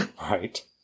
Right